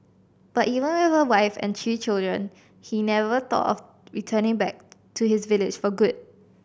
but even with a wife and three children he never thought of returning back to his village for good